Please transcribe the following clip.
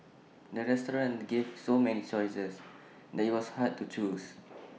the restaurant gave so many choices that IT was hard to choose